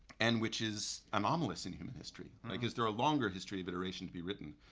and which is anomalous in human history? like is there a longer history of iteration to be written